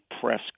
press